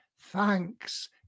thanks